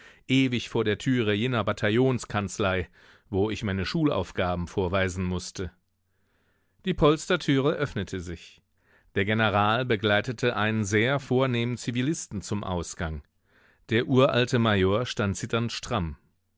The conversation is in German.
ewig vor der türe jener bataillonskanzlei wo ich meine schulaufgaben vorweisen mußte die polstertüre öffnete sich der general begleitete einen sehr vornehmen zivilisten zum ausgang der uralte major stand zitternd stramm